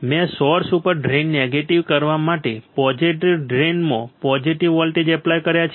મેં સોર્સ ઉપર drain negative કરવા માટે પોઝિટિવ ડ્રેઇનમાં પોઝિટિવ વોલ્ટેજ એપ્લાય કર્યા છે